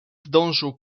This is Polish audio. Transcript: zdążył